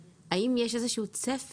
האם יש איזה שהוא צפי,